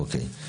אוקיי.